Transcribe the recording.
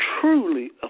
truly